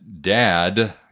dad